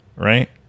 right